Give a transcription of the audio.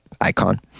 icon